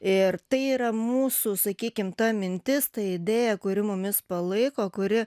ir tai yra mūsų sakykim ta mintis ta idėja kuri mumis palaiko kuri